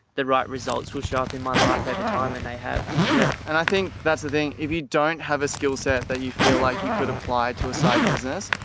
the right results will show up in my life over time. and they have. yeah, and i think that's the thing. if you don't have a skillset that you feel like you could apply to a side business,